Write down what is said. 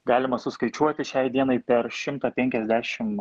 galima suskaičiuoti šiai dienai per šimtą penkiasdešim